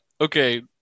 Okay